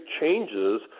changes